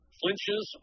flinches